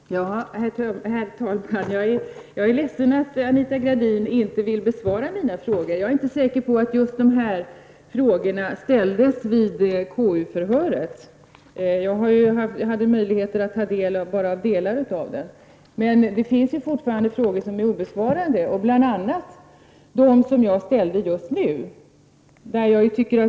Herr talman! Jag är ledsen att Anita Gradin inte vill besvara mina frågor. Jag är inte säker på att de här frågorna ställdes vid KU-förhöret; bara delar av det hade jag möjlighet att ta del av. Det finns fortfarande frågor som är obesvarade, bl.a. de som jag ställde just nu.